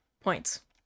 points